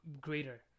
greater